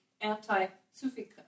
anti-Sufi